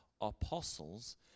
apostles